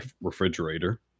refrigerator